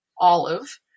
olive